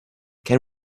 can